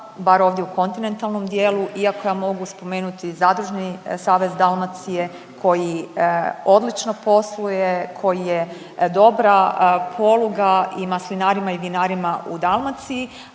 bar ovdje u kontinentalnom dijelu iako ja mogu spomenuti Zadružni savez Dalmacije koji odlično posluje, koji je dobra poluga i maslinarima i vinarima u Dalmaciji